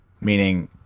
meaning